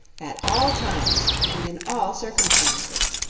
at all times and in all circumstances.